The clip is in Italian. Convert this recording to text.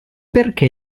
perché